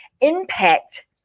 impact